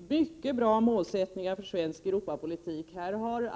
mycket bra målsättningar för den svenska Europapolitiken.